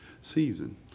season